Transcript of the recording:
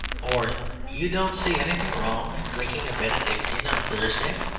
or you don't see anything wrong in drinking a benedictine on thursday.